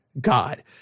God